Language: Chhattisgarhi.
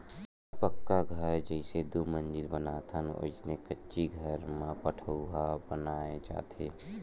पक्का घर जइसे दू मजिला बनाथन वइसने कच्ची घर म पठउहाँ बनाय जाथे